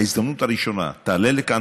בהזדמנות הראשונה תעלה לכאן,